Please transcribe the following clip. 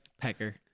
Pecker